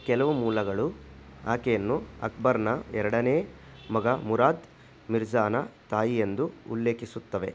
ಕೆಲವು ಮೂಲಗಳು ಆಕೆಯನ್ನು ಅಕ್ಬರ್ನ ಎರಡನೇ ಮಗ ಮುರಾದ್ ಮಿರ್ಝಾನ ತಾಯಿಯೆಂದು ಉಲ್ಲೇಖಿಸುತ್ತವೆ